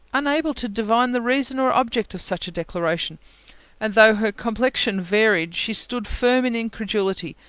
unable to divine the reason or object of such a declaration and though her complexion varied, she stood firm in incredulity,